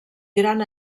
gran